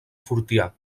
fortià